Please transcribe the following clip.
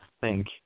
Thank